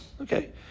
Okay